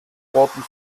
roten